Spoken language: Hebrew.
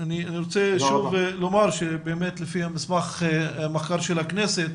אני רוצה שוב לומר שבאמת לפי המסמך מחר של הכנסת,